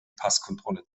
passkontrolle